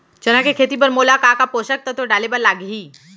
चना के खेती बर मोला का का पोसक तत्व डाले बर लागही?